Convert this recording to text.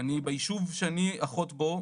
"..ביישוב שאני אחות בו,